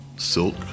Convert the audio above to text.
silk